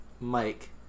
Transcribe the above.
Mike